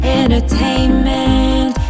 entertainment